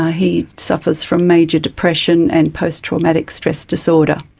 ah he suffers from major depression and post-traumatic stress disorder.